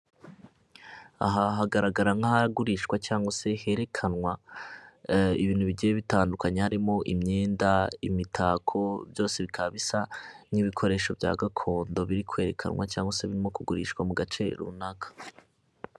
Aha hagaragara nk'ahagurishwa cyangwa se herekanwa ibintu bigiye bitandukanye, harimo imyenda, imitako byose bikaba bisa n'ibikoresho bya gakondo biri kwerekanwa cyangwa se birimo kugurishwa mu gace runaka.